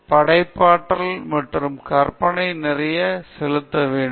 படைப்பாற்றல் மற்றும் கற்பனை நிறைய செலுத்த வேண்டும்